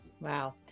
Wow